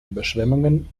überschwemmungen